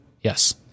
Yes